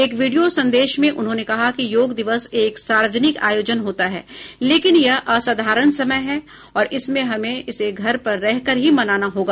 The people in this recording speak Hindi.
एक वीडियो संदेश में उन्होंने कहा कि योग दिवस एक सार्वजनिक आयोजन होता है लेकिन यह असाधारण समय है और इसलिए हमें इसे घर पर रहकर ही मनाना होगा